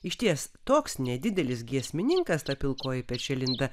išties toks nedidelis giesmininkas ta pilkoji pečialinda